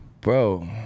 Bro